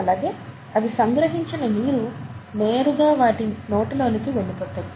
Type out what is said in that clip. అలాగే అవి సంగ్రహించిన నీరు నేరుగా వాటి నోటిలోనికి వెళ్లిపోతాయి